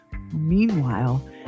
Meanwhile